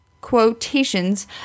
quotations